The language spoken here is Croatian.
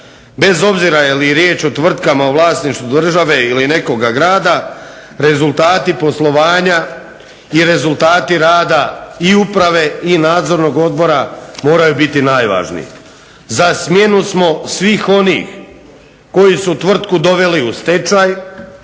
bez obzira je li riječ o tvrtkama u vlasništvu države ili nekoga grada rezultati poslovanja i rezultati rada i uprave i nadzornog odbora moraju biti najvažniji. Za smjenu smo svih onih koji su tvrtku doveli u stečaj,